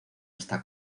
esta